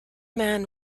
man